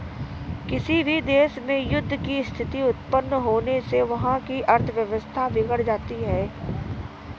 किसी भी देश में युद्ध की स्थिति उत्पन्न होने से वहाँ की अर्थव्यवस्था बिगड़ जाती है